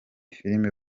film